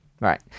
Right